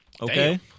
Okay